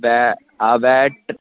ബാ ആ ബാറ്റ് ട്